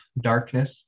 darkness